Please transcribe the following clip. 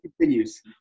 continues